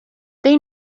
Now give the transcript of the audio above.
they